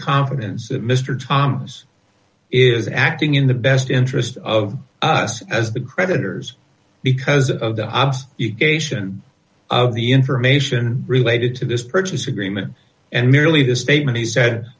confidence that mr thomas is acting in the best interest of us as the creditors because of the equation of the information related to this purchase agreement and merely the statement he sa